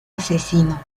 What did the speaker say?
asesino